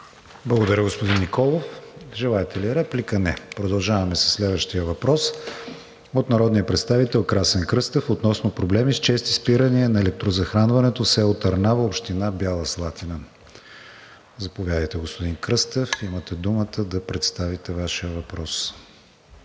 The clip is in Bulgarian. Благодаря, господин Николов. Желаете ли реплика? Не. Продължаваме със следващия въпрос от народния представител Красен Кръстев относно проблеми с чести спирания на електрозахранването в село Търнава, община Бяла Слатина. Заповядайте, господин Кръстев – имате думата да представите Вашия въпрос.